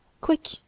Quick